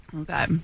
Okay